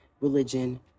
religion